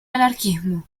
anarquismo